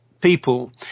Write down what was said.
people